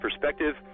perspective